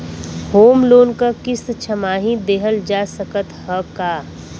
Home loan क किस्त छमाही देहल जा सकत ह का?